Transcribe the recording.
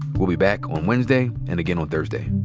we'll be back on wednesday and again on thursday